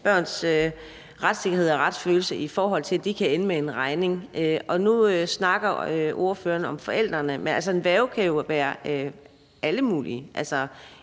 børns retssikkerhed og retsfølelse, ved at de kan ende med at få en regning. Nu snakker ordføreren om forældrene, men en værge kan jo være alle mulige.